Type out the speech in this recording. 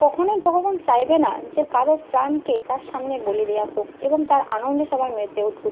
কখনোই ভগবান চাইবে না যে কারও প্রাণকে তার সামনে বলি দেওয়া হোক এবং তার আনন্দে সবাই মেতে উঠুক